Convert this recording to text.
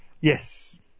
Yes